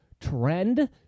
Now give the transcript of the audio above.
trend